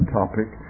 topic